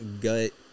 gut